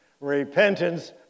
Repentance